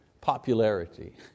popularity